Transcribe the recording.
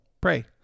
Pray